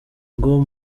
ngo